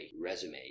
resume